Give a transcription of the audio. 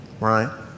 Right